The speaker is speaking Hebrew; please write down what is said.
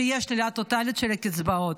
שתהיה שלילה טוטלית של הקצבאות.